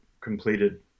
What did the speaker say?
completed